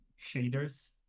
shaders